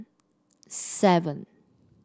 seven